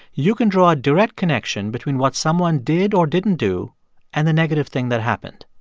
you can draw a direct connection between what someone did or didn't do and the negative thing that happened.